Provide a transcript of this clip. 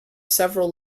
several